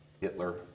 Hitler